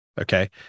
okay